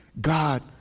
God